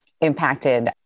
impacted